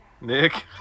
Nick